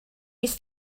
mis